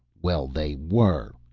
well, they were!